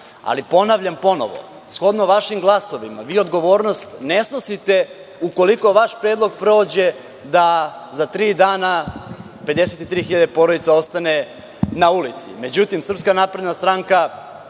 Ali, ponavljam ponovo, shodno vašim glasovima vi odgovornost ne snosite ukoliko vaš predlog prođe da za tri dana 53 hiljade porodica ostane na ulici.Međutim, SNS je dobila